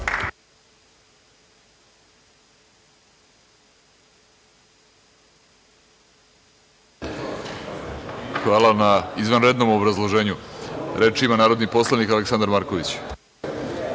Hvala na izvanrednom obrazloženju. Reč ima narodni poslanik Aleksandar Marković.